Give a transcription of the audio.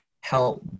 help